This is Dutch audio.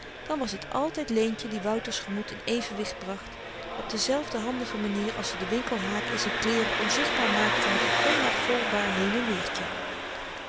dan was t altyd leentje die wouter's gemoed in evenwicht bracht op dezelfde handige manier als ze den winkelhaak in z'n kleeren onzichtbaar maakte met n onnavolgbaar heen en weertje